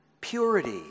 purity